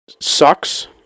sucks